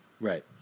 Right